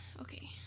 okay